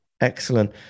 Excellent